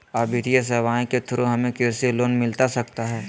आ वित्तीय सेवाएं के थ्रू हमें कृषि लोन मिलता सकता है?